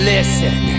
Listen